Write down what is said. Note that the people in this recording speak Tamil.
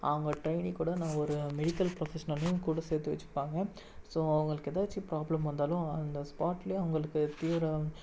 அவங்க டெய்லி கூட நான் ஒரு மெடிக்கல் ப்ரொஃபெஷனையும் கூட சேர்த்து வெச்சுப்பாங்க ஸோ அவங்களுக்கு எதாச்சும் ப்ராப்ளம் வந்தாலும் அந்த ஸ்பாட்லேயே அவங்களுக்கு தீவிரம்